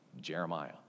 Jeremiah